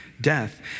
death